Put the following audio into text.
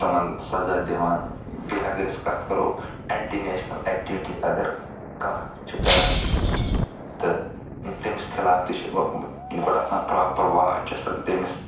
تِمن سزا دِوان بیٚیہِ اگر أسۍ کتھ کَرو اینٹی نیٚشنل ایکٹِوِٹیٖز اگر کانٛہہ چھُ کَران تہٕ تٔمِس خِلاف تہِ چھِ گۄڈٕ آسان پراپر واچ آسان تٔمِس